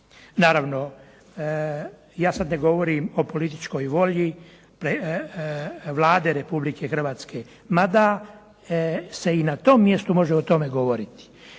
Naravno, ja sada ne govorim o političkoj volji Vlade Republike Hrvatske, mada se i na tom mjestu se može o tome govoriti.